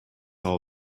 all